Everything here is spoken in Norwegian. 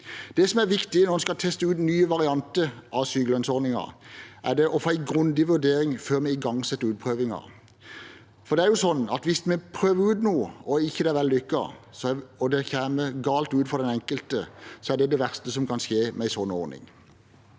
Det som er viktig når en skal teste ut nye varianter av sykelønnsordningen, er å få en grundig vurdering før vi igangsetter utprøvingen, for hvis vi prøver ut noe, det ikke er vellykket, og det kommer galt ut for den enkelte, er det det verste som kan skje med en slik ordning.